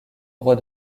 droit